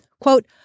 Quote